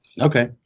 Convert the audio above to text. Okay